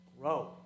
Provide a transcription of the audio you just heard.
grow